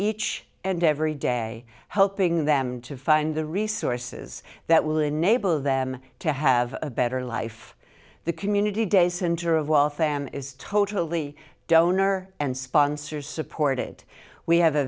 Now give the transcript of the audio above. each and every day helping them to find the resources that will enable them to have a better life the community day center of waltham is totally donor and sponsors supported we have a